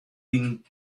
been